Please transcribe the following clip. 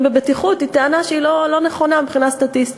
בבטיחות היא טענה לא נכונה מבחינה סטטיסטית.